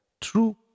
true